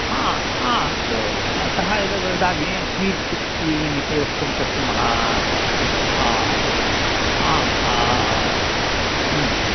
हा हा सो तः ए वदामि स्वीट् सिक्स्टीन् इति वक्तुं शक्नुमः हा आम्